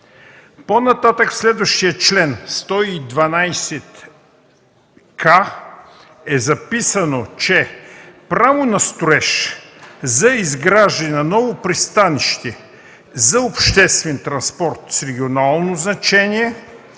По-нататък – в чл. 112к е записано: „Право на строеж за изграждане на ново пристанище за обществен транспорт с регионално значение